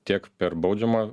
tiek per baudžiamo